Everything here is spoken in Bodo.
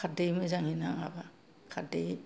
खारदै मोजाङै नाङाबा खारदै